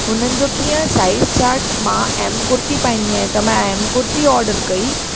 हुननि जो कीअं साइज़ चार्ट मां एम कुर्ती पाईंदी आहियां त मां एम कुर्ती ऑडर कई